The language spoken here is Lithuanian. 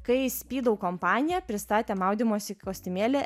kai spydau kompanija pristatė maudymosi kostiumėlį